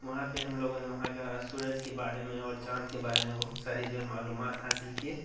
وہاں پہ ہم لوگوں نے وہاں کا سورج کے بارے میں اور چاند کے بارے میں بہت ساری جو ہے معلومات حاصل کیے